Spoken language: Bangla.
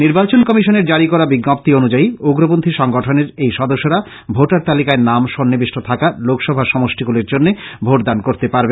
নির্বাচন কমিশনের জারী করা বিজ্ঞপ্তী অনুযায়ী উগ্রপন্থী সংগঠনের এই সদস্যরা ভোটার তালিকায় নাম সন্নিবিষ্ট থাকা লোকসভা সমষ্টিগুলির জন্য ভোটদান করতে পারবে